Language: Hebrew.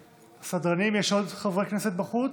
סדרנים, יש עוד חברי כנסת בחוץ?